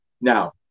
Now